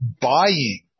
buying